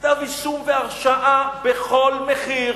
כתב-אישום והרשעה בכל מחיר.